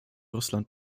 russland